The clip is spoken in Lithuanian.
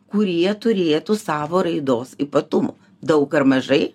kurie turėtų savo raidos ypatumų daug ar mažai